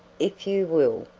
if you will,